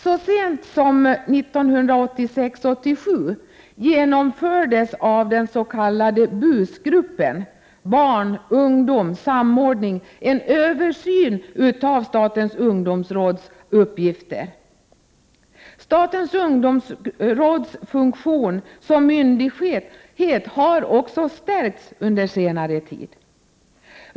Så sent som 1986/87 genomfördes av den s.k. BUS-gruppen — barn, ungdom, samordning — en översyn av statens ungdomsråds uppgifter. Statens ungdomsråds funktion som myndighet har också stärkts under senare tid.